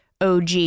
OG